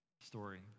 story